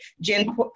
Jen